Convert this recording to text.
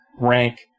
rank